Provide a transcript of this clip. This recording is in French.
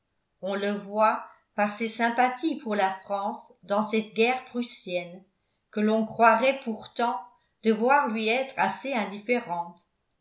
on le voit par ses sympathies pour la france dans cette guerre prussienne que l'on croirait pourtant devoir lui être assez indifférente